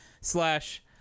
slash